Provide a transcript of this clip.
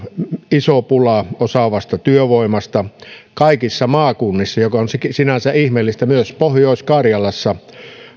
iso pula osaavasta työvoimasta kaikissa maakunnissa mikä on sinänsä ihmeellistä myös pohjois karjalassa